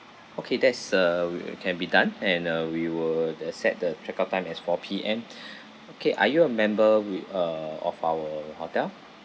okay that's uh we can be done and uh we will the set the checkout time as four P_M okay are you a member with uh of our hotel